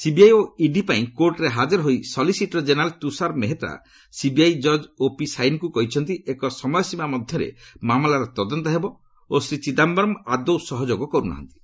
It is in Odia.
ସିବିଆଇ ଓ ଇଡି ପାଇଁ କୋର୍ଟରେ ହାଜର ହୋଇ solicitor general Tushar Mehta CBI ଜକ୍ ଓପି ସାଇନିଙ୍କୁ କହିଛନ୍ତି ଏକ ସମୟ ସୀମା ମଧ୍ୟରେ ମାମଲାର ତଦନ୍ତ ହେବ ଓ ଶ୍ରୀ ଚିଦାୟରମ୍ ଆଦୌ ସହଯୋଗ କରୁ ନାହାନ୍ତି